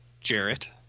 Jarrett